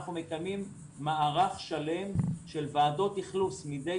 אנחנו מקיימים מערך שלם של ועדות אכלוס מדי